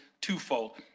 twofold